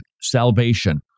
salvation